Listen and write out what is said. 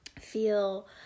feel